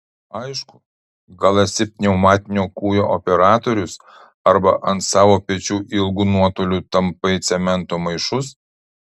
aišku gal esi pneumatinio kūjo operatorius arba ant savo pečių ilgu nuotoliu tampai cemento maišus